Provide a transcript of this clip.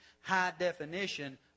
High-definition